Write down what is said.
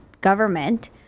government